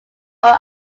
own